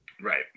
Right